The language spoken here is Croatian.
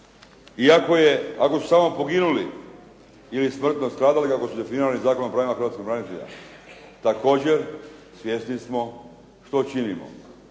I ako su samo poginuli ili smrtno stradali, kako su definirali Zakon o pravima hrvatskih branitelja, također svjesni smo što činimo.